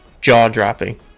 jaw-dropping